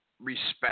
respect